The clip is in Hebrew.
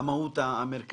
לא המהות המרכזית.